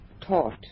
taught